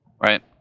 right